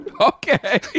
Okay